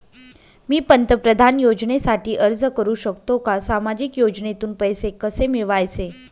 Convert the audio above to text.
मी पंतप्रधान योजनेसाठी अर्ज करु शकतो का? सामाजिक योजनेतून पैसे कसे मिळवायचे